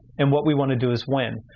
and what we wanna do is win.